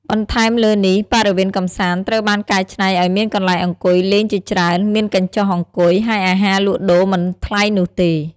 បន្ថែមលើនេះ បរិវេណកម្សាន្តត្រូវបានកែច្នៃឲ្យមានកន្លែងអង្គុយលេងជាច្រើន មានកញ្ចុះអង្គុយ ហើយអាហារលក់ដូរមិនថ្លៃនោះទេ។